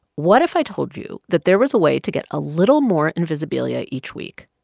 what if i told you that there was a way to get a little more invisibilia each week,